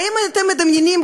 האם אתם מדמיינים,